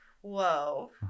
Whoa